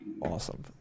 awesome